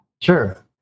Sure